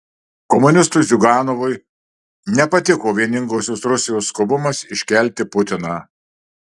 komunistui ziuganovui nepatiko vieningosios rusijos skubumas iškelti putiną